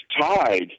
tied